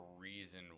reason